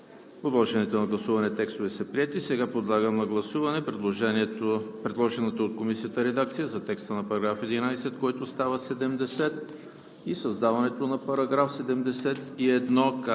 Подложените на гласуване текстове са приети. Подлагам на гласуване предложената от Комисията редакция за текста на § 11, който става § 70; създаването на § 71;